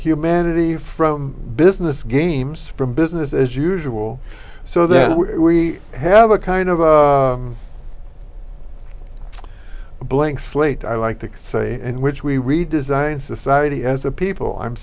humanity from business games from business as usual so that we have a kind of a blank slate i like to say in which we redesign society as a people i'm